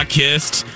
kissed